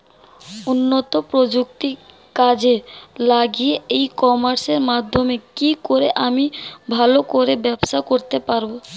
উন্নত প্রযুক্তি কাজে লাগিয়ে ই কমার্সের মাধ্যমে কি করে আমি ভালো করে ব্যবসা করতে পারব?